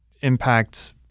impact